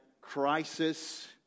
crisis